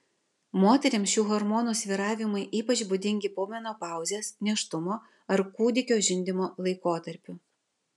moterims šių hormonų svyravimai ypač būdingi po menopauzės nėštumo ar kūdikio žindymo laikotarpiu